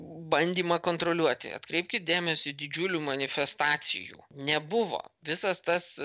bandymą kontroliuoti atkreipkit dėmesį didžiulių manifestacijų nebuvo visas tas